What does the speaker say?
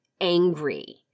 angry